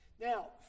Now